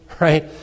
right